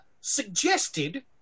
suggested